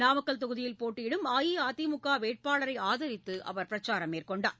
நாமக்கல் தொகுதியில் போட்டியிடும் அஇஅதிமுக வேட்பாளரை ஆதரித்து அவர் வாக்கு சேகரித்தார்